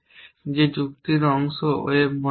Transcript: যে যুক্তির অংশ ওয়েবে মনে হয় না